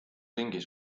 ringis